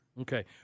Okay